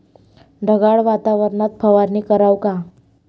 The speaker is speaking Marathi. ढगाळ वातावरनात फवारनी कराव का?